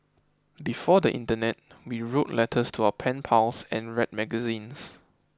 before the internet we wrote letters to our pen pals and read magazines